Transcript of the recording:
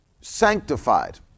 sanctified